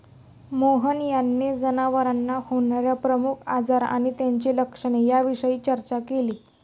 मोहन यांनी जनावरांना होणार्या प्रमुख आजार आणि त्यांची लक्षणे याविषयी चर्चा केली